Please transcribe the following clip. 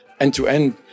end-to-end